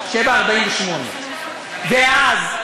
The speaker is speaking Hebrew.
19:48. ואז,